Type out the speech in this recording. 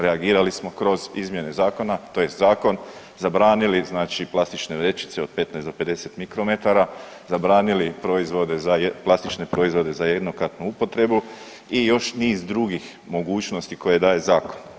Reagirali smo kroz izmjene zakona tj. zakon, zabranili znači plastične vrećice od 15 do 50 mikrometara, zabranili proizvode, plastične proizvode za jednokratnu upotrebu i još niz drugih mogućnosti koje daje zakon.